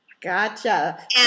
Gotcha